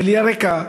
המליאה ריקה,